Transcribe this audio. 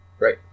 Right